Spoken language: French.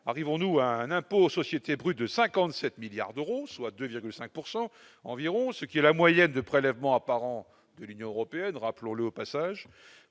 arriverons-nous à un impôt société brute de 57 milliards d'euros, soit 2,5 pourcent environ, ce qui est la moyenne de prélèvements apparent, l'Union européenne, rappelons-le au passage,